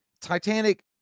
Titanic